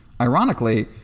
Ironically